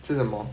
吃什么